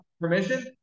permission